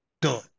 done